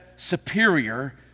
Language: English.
superior